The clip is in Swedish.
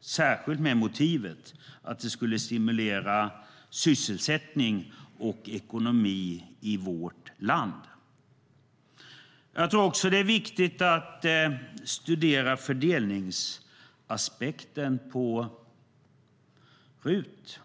särskilt med motivet att det skulle stimulera sysselsättning och ekonomi i vårt land. Det är också viktigt att studera fördelningsaspekten på RUT.